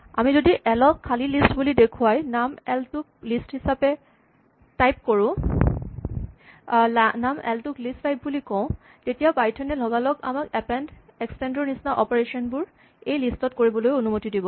আমি যদি এল ক খালী লিষ্ট বুলি দেখুৱাই নাম এল টোক লিষ্ট টাইপ বুলি কওঁ তেতিয়া পাইথন এ লগালগ আমাক এপেন্ড এক্সটেন্ড ৰ নিচিনা অপাৰেচন বোৰ এইখন লিষ্ট ত কৰিবলৈ অনুমতি দিব